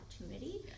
opportunity